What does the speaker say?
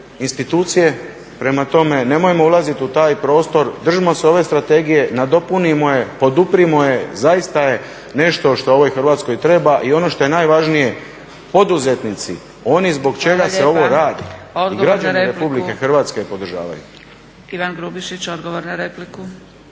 institucije. Prema tome, nemojmo ulaziti u taj prostor, držimo se ove strategije, nadopunimo je, poduprimo je, zaista je nešto što ovoj Hrvatskoj treba. I ono što je najvažnije poduzetnici, oni zbog čega se ovo radi i građani Republike Hrvatske je podržavaju.